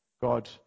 God